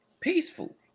peaceful